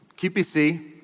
QPC